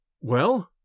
Well